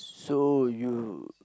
so you